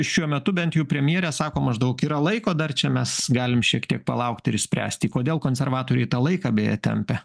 šiuo metu bent jau premjerė sako maždaug yra laiko dar čia mes galim šiek tiek palaukti ir išspręsti kodėl konservatoriai tą laiką beje tempia